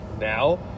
now